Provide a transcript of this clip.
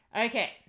Okay